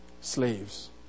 slaves